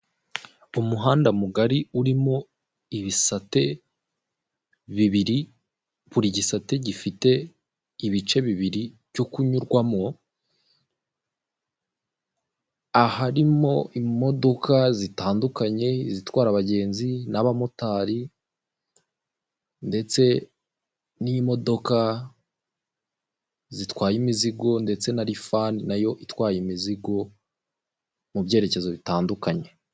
Umuhanda mugari urimo ibisate bibiri buri gisate gifite ibice bibiri cyo kunyurwamo, aharimo imodoka zitandukanye n'izitwara abagenzi n'abamotari ndetse n'imodoka zitwaye imizigo ndetse narifani nayo itwaye imizigo mu byerekezo bitandukanye.